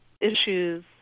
issues